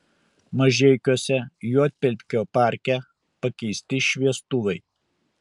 mažeikiuose juodpelkio parke pakeisti šviestuvai